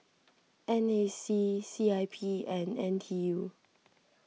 N A C C I P and N T U